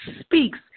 speaks